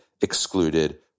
excluded